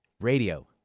Radio